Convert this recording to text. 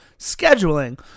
scheduling